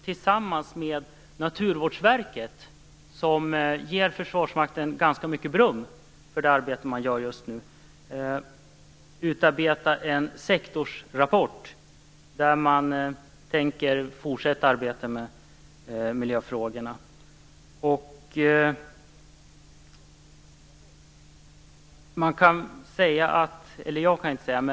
Tillsammans med Naturvårdsverket, som ger Försvarsmakten ganska mycket beröm för det arbete som utförs just nu, har Försvarsmakten utarbetat en sektorsrapport som går ut på att man tänker fortsätta att arbeta med miljöfrågorna.